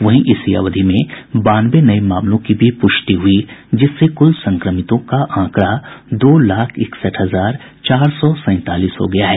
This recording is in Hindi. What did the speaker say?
वहीं इसी अवधि में बानवे नये मामलों की भी पुष्टि हुई जिससे कुल संक्रमितों का आंकड़ा दो लाख इकसठ हजार चार सौ सैंतालीस हो गया है